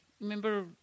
Remember